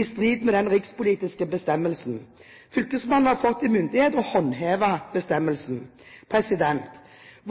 i strid med den rikspolitiske bestemmelsen. Fylkesmannen har fått myndighet til å håndheve bestemmelsen.